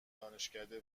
دانشکده